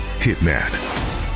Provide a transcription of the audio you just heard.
hitman